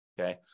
Okay